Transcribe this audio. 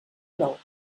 brou